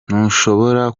ntushobora